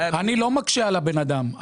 אני לא מקשה על הבן אדם.